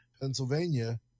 Pennsylvania